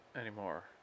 anymore